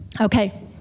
Okay